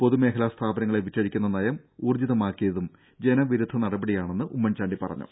പൊതുമേഖലാ സ്ഥാപനങ്ങളെ വിറ്റഴിക്കുന്ന നയം ഊർജ്ജിതമാക്കിയതും ജനവിരുദ്ധ നടപടിയാണെന്ന് ഉമ്മൻചാണ്ടി പറഞ്ഞു